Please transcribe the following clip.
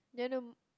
do you wanna